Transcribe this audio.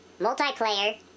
multiplayer